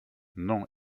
non